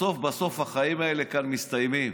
בסוף בסוף החיים האלה כאן מסתיימים,